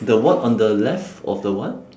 the what on the left of the what